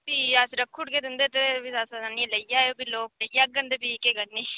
ठीक ऐ अस रक्खी औड़गे तुंदे आस्तै फ्ही आह्न्नियै लेई आएओ फ्ही लोक लेई जांङन ते फ्ही केह् करनी